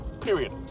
period